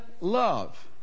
love